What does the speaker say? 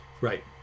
Right